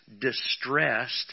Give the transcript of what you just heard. distressed